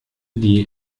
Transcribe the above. die